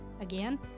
Again